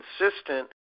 consistent